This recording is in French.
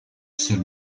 seul